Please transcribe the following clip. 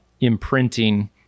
imprinting